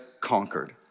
conquered